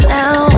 now